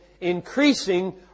increasing